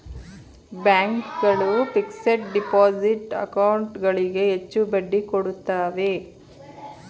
bank ಗಳು fixed deposit account ಗಳಿಗೆ ಹೆಚ್ಚು ಬಡ್ಡಿ ಕೊಡುತ್ತವೆ